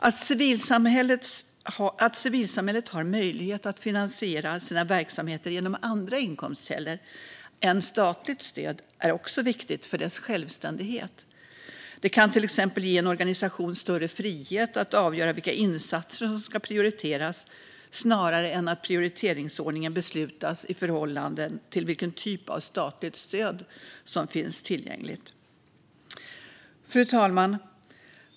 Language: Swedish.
Att civilsamhället har möjlighet att finansiera sina verksamheter genom andra inkomstkällor än statligt stöd är även viktigt för dess självständighet. Det kan till exempel ge en organisation större frihet att avgöra vilka insatser som ska prioriteras snarare än att besluta prioriteringsordningen i förhållande till vilken typ av statligt stöd som finns tillgängligt. Fru talman!